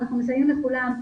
ואנחנו מסייעים לכולם,